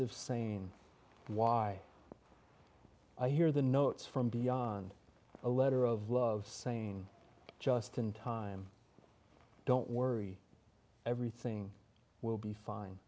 if saying why i hear the notes from beyond a letter of love saying just in time don't worry everything will be fine